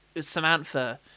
Samantha